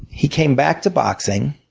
he came back to boxing